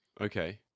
Okay